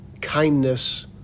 kindness